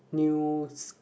new